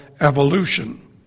evolution